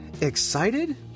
Excited